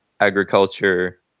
agriculture